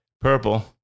Purple